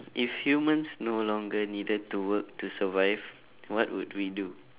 if humans no longer needed to work to survive what would we do